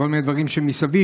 בכל מיני דברים שמסביב,